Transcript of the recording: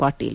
Patil